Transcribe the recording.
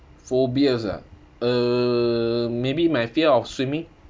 phobias ah uh maybe my fear of swimming